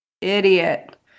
Idiot